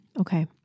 Okay